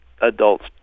Adults